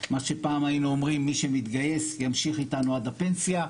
מה שפעם היינו אומרים מי שמתגייס ימשיך איתנו עד הפנסיה.